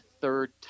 third